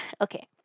Okay